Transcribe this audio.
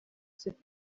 c’est